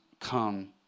come